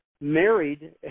married